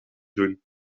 doen